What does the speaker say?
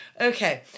Okay